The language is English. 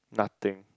nothing